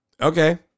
Okay